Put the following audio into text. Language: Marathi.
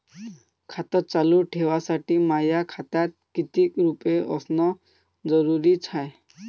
खातं चालू ठेवासाठी माया खात्यात कितीक रुपये असनं जरुरीच हाय?